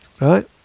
Right